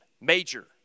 major